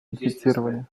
инфицирования